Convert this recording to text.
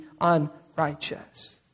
unrighteous